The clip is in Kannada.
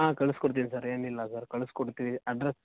ಹಾಂ ಕಳಿಸ್ಕೊಡ್ತೀನಿ ಸರ್ ಏನಿಲ್ಲ ಕಳಿಸ್ಕೊಡ್ತೀವಿ ಅಡ್ರಸ್